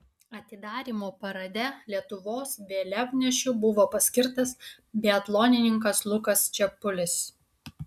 atidarymo parade lietuvos vėliavnešiu buvo paskirtas biatlonininkas lukas čepulis